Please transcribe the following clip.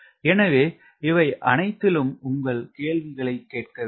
எனவே இவை அனைத்திலும் உங்கள் கேள்விகளை கேட்கவேண்டும்